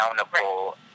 accountable